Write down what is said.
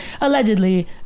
allegedly